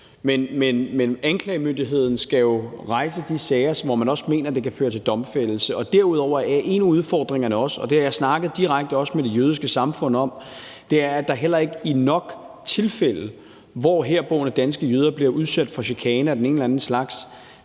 Men anklagemyndigheden skal jo rejse de sager, som man mener kan føre til domfældelse, og derudover er en af udfordringerne også – det har jeg også snakket direkte med det jødiske samfund om – at de forbrydelser, hvor herboende danske jøder bliver udsat for chikane af den ene eller den anden slags,